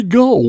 go